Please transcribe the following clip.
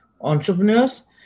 entrepreneurs